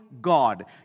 God